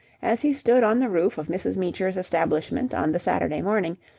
as he stood on the roof of mrs. meecher's establishment on the saturday morning,